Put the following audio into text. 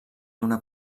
una